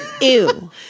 Ew